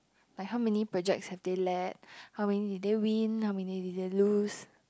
like how many projects have they led how many did they win how many did they lose